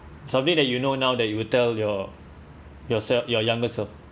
something that you know now that you will tell your yourself your younger self